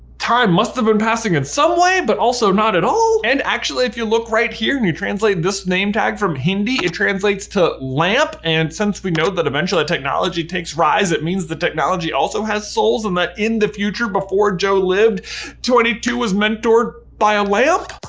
time must've been passing in some way but also not at all. and actually, if you look right here and you translate his name tag from hindi, it translates to lamp. and since we know that eventually technology takes rise. it means the technology also has souls. and that in the future before joe lived twenty two was mentored by a lamp.